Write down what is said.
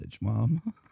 mom